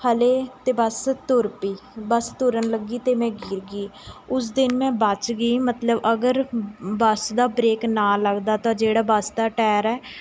ਹਾਲੇ ਅਤੇ ਬੱਸ ਤੁਰ ਪਈ ਬੱਸ ਤੁਰਨ ਲੱਗੀ ਅਤੇ ਮੈਂ ਗਿਰ ਗਈ ਉਸ ਦਿਨ ਮੈਂ ਬਚ ਗਈ ਮਤਲਬ ਅਗਰ ਬੱਸ ਦਾ ਬਰੇਕ ਨਾ ਲੱਗਦਾ ਤਾਂ ਜਿਹੜਾ ਬੱਸ ਦਾ ਟਾਇਰ ਹੈ